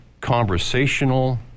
conversational